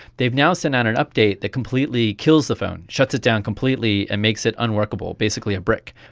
they've now sent out an update that completely kills the phone, shuts it down completely and makes it unworkable, basically a brick.